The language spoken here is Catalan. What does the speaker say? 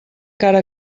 cara